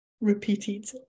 repeated